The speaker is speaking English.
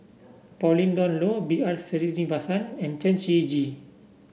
Pauline Dawn Loh B R Sreenivasan and Chen Shiji